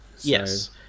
Yes